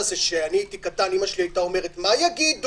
כשאני הייתי קטן אימא שלי הייתה אומרת: מה יגידו?